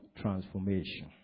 transformation